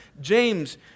James